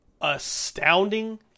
astounding